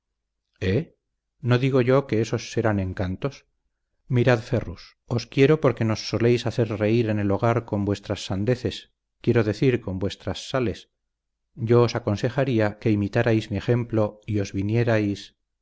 no digo yo que ésos serán encantos mirad ferrus os quiero porque nos soléis hacer reír en el hogar con vuestras sandeces quiero decir con vuestras sales yo os aconsejaría que imitarais mi ejemplo y os vinierais